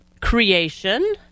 creation